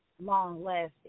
long-lasting